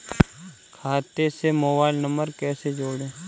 खाते से mobile number कैसे जोड़ें?